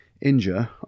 injure